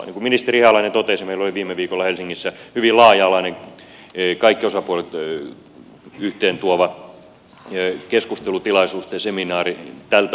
niin kuin ministeri ihalainen totesi meillä oli viime viikolla helsingissä hyvin laaja alainen kaikki osapuolet yhteentuova seminaari tältä pohjalta